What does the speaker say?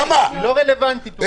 לא רלוונטית.